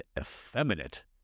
effeminate